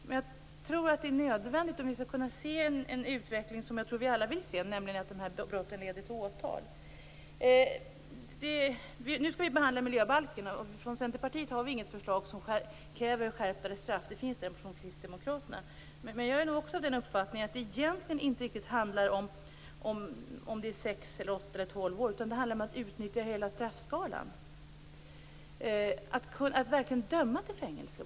Men jag tror att det är nödvändigt om vi skall få den utveckling som jag tror att vi alla vill se, nämligen att brotten leder till åtal. Nu skall vi behandla miljöbalken. Från Centerpartiet finns det inget förslag där man kräver skärpta straff. Det finns det däremot från Kristdemokraterna. Men jag är nog också av den uppfattningen att det egentligen inte riktigt handlar om sex, åtta eller tolv år utan om att utnyttja hela straffskalan och om att verkligen döma till fängelse.